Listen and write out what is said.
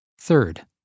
Third